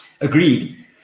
Agreed